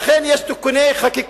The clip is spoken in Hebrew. לכן יש תיקוני חקיקה,